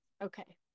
Okay